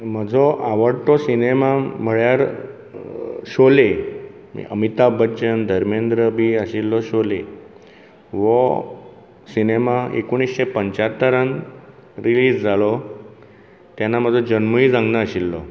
म्हजो आवडटो सिनेमा म्हळ्यार शोले अमिताभ बच्चन धर्मेंद्र बी आशिल्लो शोले हो सिनेमा एकोणिशें पंच्यातरान रिलीज जालो तेन्ना म्हजो जल्मूय जावंक नाशिल्लो